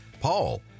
Paul